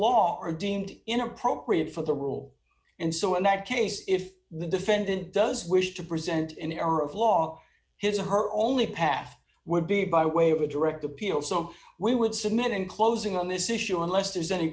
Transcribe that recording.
law are deemed inappropriate for the rule and so in that case if the defendant does wish to present an error of law his or her only path would be by way of a direct appeal so we would submit in closing on this issue unless there's any